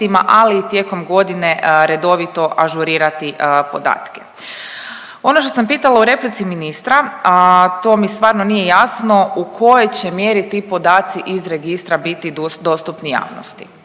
ali i tijekom godine, redovito ažurirati podatke. Ono što sam pitala u replici ministra, a to mi stvarno nije jasno u kojoj će mjeri ti podaci iz registra biti dostupni javnosti.